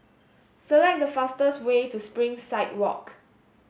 select the fastest way to Springside Walk